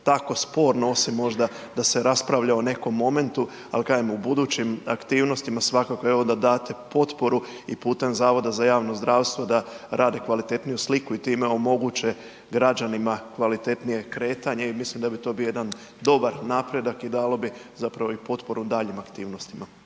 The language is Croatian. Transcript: tako sporno osim možda se raspravlja o nekom momentu. Ali kažem, u budućim aktivnostima svakako da date potporu i putem Zavoda za javno zdravstvo da rade kvalitetniju sliku i time omoguće građanima kvalitetnije kretanje i mislim da bi to bio jedan dobar napredak i dalo bi zapravo potporu i daljnjim aktivnostima.